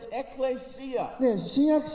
ecclesia